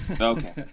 Okay